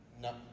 No